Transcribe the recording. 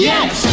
Yes